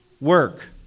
work